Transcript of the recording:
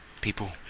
people